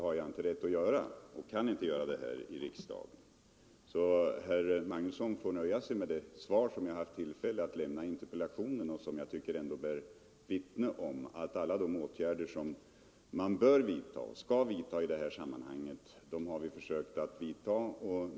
Herr Magnusson får därför låta sig nöja med det svar som jag har lämnat på interpellationen och som jag tycker bär vittne om att vi försökt att vidta alla åtgärder som man bör och skall vidta i det här sammanhanget.